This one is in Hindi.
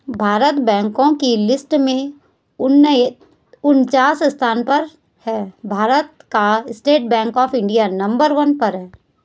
भारत बैंको की लिस्ट में उनन्चास स्थान पर है भारत का state bank of India number one पर है